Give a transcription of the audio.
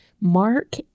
Mark